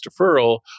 deferral